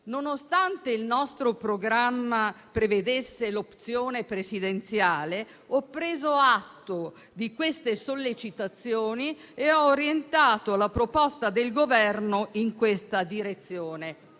Nonostante il nostro programma prevedesse l'opzione presidenziale, ho preso atto di queste sollecitazioni e ho orientato la proposta del Governo in questa direzione.